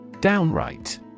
Downright